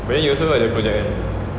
then you also ada project kan